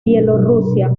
bielorrusia